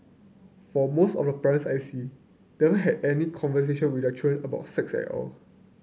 for most of the parents I see they had any conversation with their children about sex at all